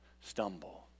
stumble